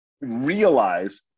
realize